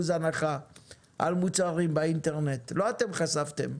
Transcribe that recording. הנחה על מוצרים באינטרנט לא אתם חשפתם,